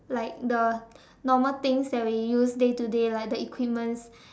like the normal things that we use day to day like the equipments